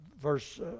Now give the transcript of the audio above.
verse